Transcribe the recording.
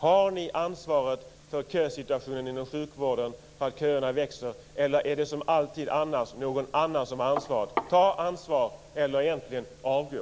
Har ni ansvaret för att köerna växer inom sjukvården eller är det som alltid annars någon annan som har ansvaret? Ta ansvar eller avgå!